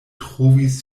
trovis